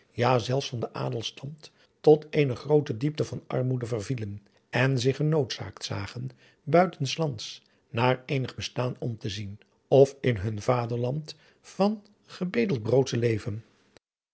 ja zelfs van den adelstand tot eene groote diepte van armoede vervielen en zich genoodzaakt zagen buiten s lands naar eenig bestaan om te zien of in hun vaderland van gebedeld brood te leven